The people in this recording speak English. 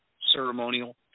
ceremonial